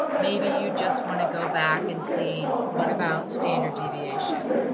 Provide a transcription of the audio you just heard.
maybe you just want to go back and see what about standard deviation?